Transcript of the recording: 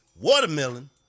Watermelon